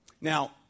Now